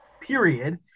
period